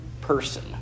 person